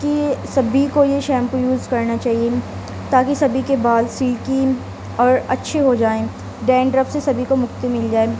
کہ سبھی کو یہ شیمپو یوز کرنا چاہیے تاکہ سبھی کے بال سلکی اور اچھے ہو جائیں ڈینڈرف سے سبھی کو مُکتی مِل جائے